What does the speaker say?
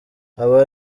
aba